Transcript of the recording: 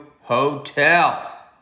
Hotel